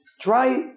try